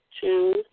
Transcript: Two